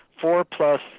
four-plus